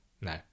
No